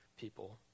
people